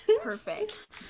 perfect